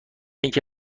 اینکه